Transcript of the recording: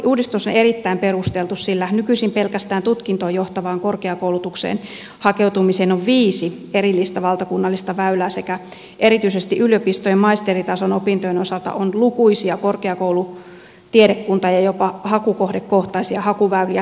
uudistus on erittäin perusteltu sillä nykyisin pelkästään tutkintoon johtavaan korkeakoulutukseen hakeutumiseen on viisi erillistä valtakunnallista väylää sekä erityisesti yliopistojen maisteritason opintojen osalta on lukuisia korkeakoulu tiedekunta ja jopa hakukohdekohtaisia hakuväyliä